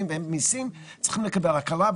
צריכות לקבל הקלה.